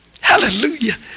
Hallelujah